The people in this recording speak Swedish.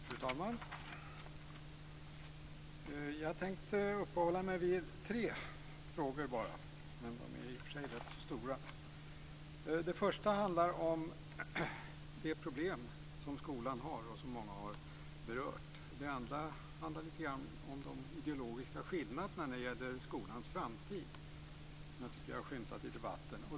Fru talman! Jag tänkte bara uppehålla mig vid tre frågor, men de är i och för sig rätt stora. Den första handlar om de problem som skolan har, och som många har berört. Den andra handlar om de ideologiska skillnader när det gäller skolans framtid som jag tycker att jag har skymtat i debatten.